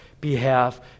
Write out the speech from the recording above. behalf